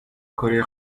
کره